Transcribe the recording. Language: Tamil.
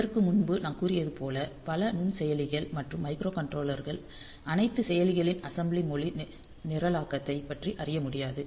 இதற்கு முன்பு நான் கூறியது போல பல நுண்செயலிகள் மற்றும் மைக்ரோகண்ட்ரோலர்கள் அனைத்து செயலிகளின் அசெம்பிளி மொழி நிரலாக்கத்தைப் பற்றி அறிய முடியாது